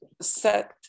set